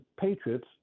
Patriots